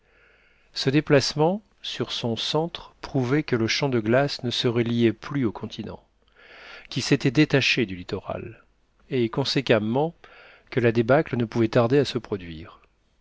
ce déplacement sur son centre prouvait que le champ de glace ne se reliait plus au continent qu'il s'était détaché du littoral et conséquemment que la débâcle ne pouvait tarder à se produire